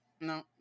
no